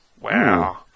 Wow